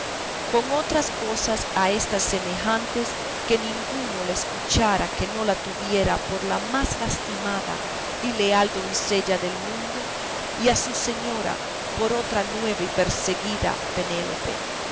con otras cosas a éstas semejantes que ninguno la escuchara que no la tuviera por la más lastimada y leal doncella del mundo y a su señora por otra nueva y perseguida penélope